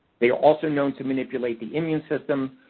they are also known to manipulate the immune system,